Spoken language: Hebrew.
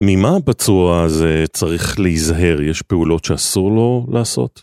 ממה בצורה הזה צריך להיזהר יש פעולות שאסור לו לעשות?